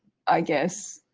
i guess,